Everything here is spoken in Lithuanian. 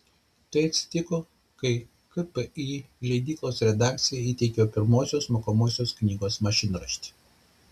tai atsitiko kai kpi leidyklos redakcijai įteikiau pirmosios mokomosios knygos mašinraštį